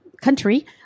country